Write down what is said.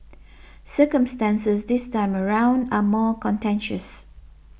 circumstances this time around are more contentious